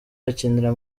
akinira